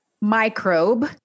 microbe